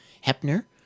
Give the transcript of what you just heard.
Hepner